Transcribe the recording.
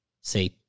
say